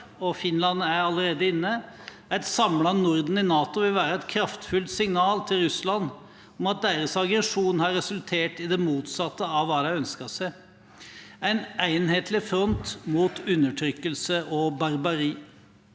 og Finland er allerede inne. Et samlet Norden i NATO vil være et kraftfullt signal til Russland om at deres aggresjon har resultert i det motsatte av hva de ønsket seg, en enhetlig front mot undertrykkelse og barbari.